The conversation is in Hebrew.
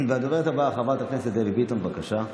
הדוברת הבאה, חברת הכנסת דבי ביטון, בבקשה.